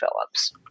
Phillips